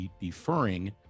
deferring